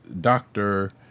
doctor